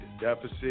deficit